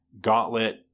gauntlet